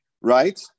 right